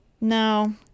No